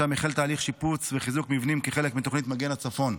שם החל תהליך שיפוץ וחיזוק מבנים כחלק מתוכנית מגן הצפון.